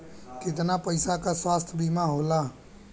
कितना पैसे का स्वास्थ्य बीमा होला?